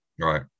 right